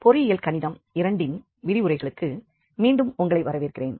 பொறியியல் கணிதம் II இன் விரிவுரைகளுக்கு மீண்டும் உங்களை வரவேற்கிறேன்